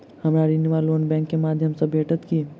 हमरा ऋण वा लोन बैंक केँ माध्यम सँ भेटत की?